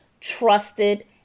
trusted